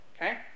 Okay